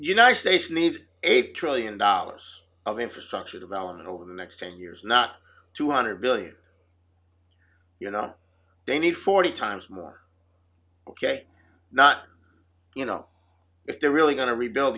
united states needs eight trillion dollars of infrastructure development over the next ten years not two hundred billion you know they need forty times more ok not you know if they're really going to rebuild